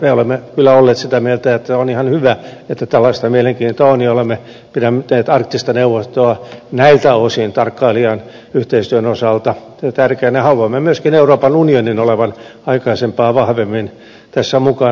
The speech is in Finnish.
me olemme kyllä olleet sitä mieltä että on ihan hyvä että tällaista mielenkiintoa on ja olemme pitäneet arktista neuvostoa näiltä osin tarkkailijan yhteistyön osalta tärkeänä ja haluamme myöskin euroopan unionin olevan aikaisempaa vahvemmin tässä mukana